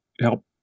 help